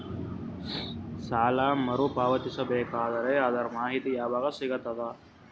ಸಾಲ ಮರು ಪಾವತಿಸಬೇಕಾದರ ಅದರ್ ಮಾಹಿತಿ ಯವಾಗ ಸಿಗತದ?